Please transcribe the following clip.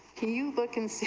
you look in so